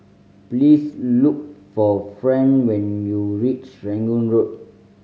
please look for Fran when you reach Serangoon Road